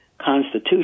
Constitution